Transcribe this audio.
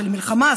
של מלחמה,